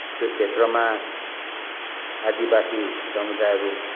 त्यो क्षेत्रमा आदिवासी समुदायहरू